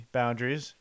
boundaries